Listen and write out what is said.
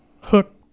Hook